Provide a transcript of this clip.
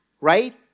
right